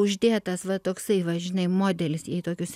uždėtas va toksai va žinai modelis į tokius